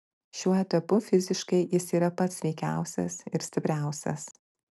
šiuo etapu fiziškai jis yra pats sveikiausias ir stipriausias